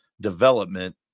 development